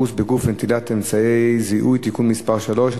חיפוש בגוף ונטילת אמצעי זיהוי) (תיקון מס' 3),